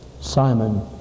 Simon